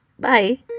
Bye